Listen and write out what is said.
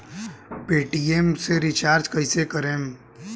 Paytm से recharge कईसे करम?